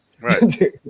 Right